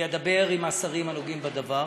אני אדבר עם השרים הנוגעים בדבר,